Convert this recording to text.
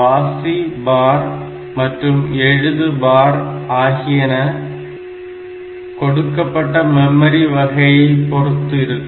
வாசி பார் மற்றும் எழுது பார் ஆகியன கொடுக்கப்பட்ட மெமரி வகையைப் பொறுத்து இருக்கும்